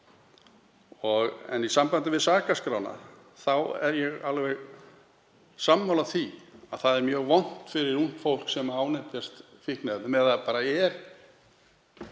Í sambandi við sakaskrána er ég alveg sammála því að það er mjög vont fyrir ungt fólk sem ánetjast fíkniefnum, eða bara